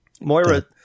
Moira